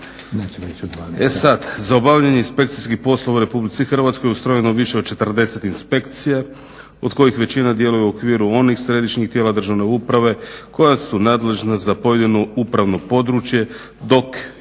E sad, za obavljanje inspekcijskih poslova u RH ustrojeno je više od 40 inspekcija od kojih većina djeluje u okviru onih središnjih tijela državne uprave koja su nadležna za pojedino upravno područje dok